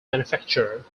manufacturer